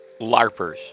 LARPers